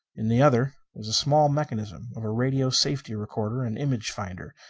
in the other, was the small mechanism of a radio safety recorder and image finder,